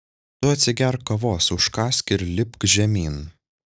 tu atsigerk kavos užkąsk ir lipk žemyn